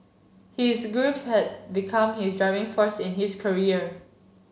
he is grief had become his driving force in his career